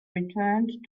returned